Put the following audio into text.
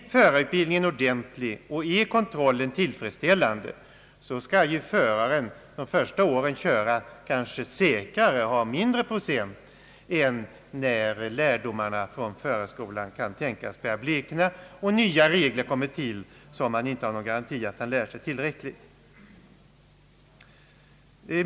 Är förarutbildningen ordentlig och är kontrollen tillfredsställande, bör väl föraren under de första åren köra säkrare och uppvisa en lägre procent i olycksfallsstatistiken än när lärdomarna från förarutbildningen kan tänkas börja blekna och nya trafikregler kommer till som det inte finns någon garanti för att föraren lärt sig ordentligt.